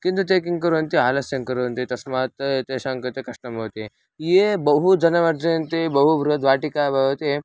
किन्तु ते किं कुर्वन्ति आलस्यं कुर्वन्ति तस्मात् एतेषां कृते कष्टं भवति ये बहु धनमर्जयन्ति बहु बृहद्वाटिका भवति